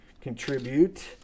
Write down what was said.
contribute